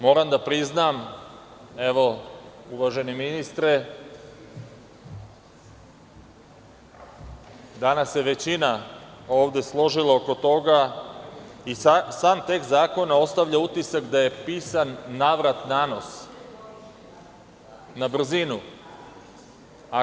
Moram da priznam, uvaženi ministre, danas se većina ovde složila oko toga, i sam tekst zakona ostavlja utisak da je pisan navrat-nanos, na brzinu.